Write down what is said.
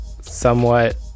somewhat